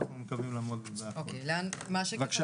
בבקשה